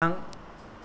थां